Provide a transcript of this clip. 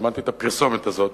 שמעתי את הפרסומת הזאת